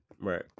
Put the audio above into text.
right